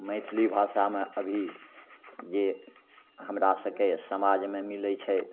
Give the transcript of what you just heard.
मैथिली भाषामे अभी जे हमरा सभकेँ समाजमे मिलै छै